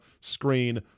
screen